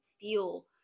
feel